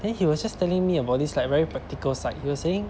then he was just telling me about this like very practical side he was saying